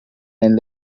and